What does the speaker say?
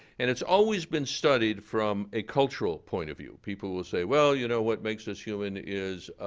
and it's always been studied from a cultural point of view. people will say, well, you know what makes us human is